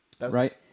Right